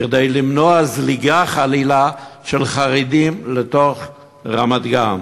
כדי למנוע זליגה, חלילה, של חרדים לתוך רמת-גן.